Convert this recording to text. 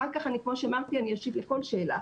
אחר כך כמו שאמרתי, אני אשיב לכל שאלה.